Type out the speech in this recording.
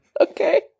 Okay